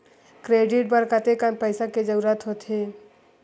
Credit बर कतेकन पईसा के जरूरत होथे?